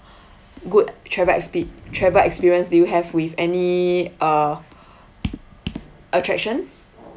good travel expe~ travel experience do you have with any uh attraction